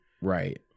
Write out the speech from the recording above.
right